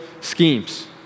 schemes